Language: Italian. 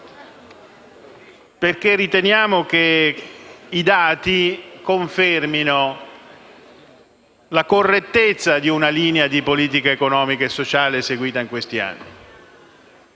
perché riteniamo che i dati confermino la correttezza di una linea di politica economica e sociale perseguita in questi anni.